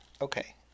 Okay